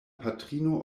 patrino